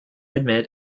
admit